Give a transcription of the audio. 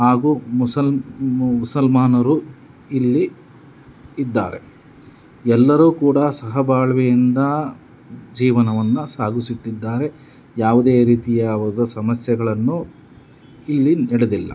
ಹಾಗೂ ಮುಸಲ್ ಮುಸಲ್ಮಾನರು ಇಲ್ಲಿ ಇದ್ದಾರೆ ಎಲ್ಲರೂ ಕೂಡ ಸಹಬಾಳ್ವೆಯಿಂದ ಜೀವನವನ್ನು ಸಾಗಿಸುತ್ತಿದ್ದಾರೆ ಯಾವುದೇ ರೀತಿಯ ಸಮಸ್ಯೆಗಳನ್ನು ಇಲ್ಲಿ ನಡೆದಿಲ್ಲ